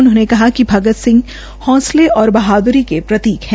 उन्होंने कहा कि भगत सिंह हौंसले व बहाद्री के प्रतीक है